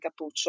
cappuccio